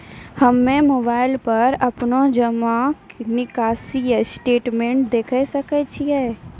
हम्मय मोबाइल पर अपनो जमा निकासी स्टेटमेंट देखय सकय छियै?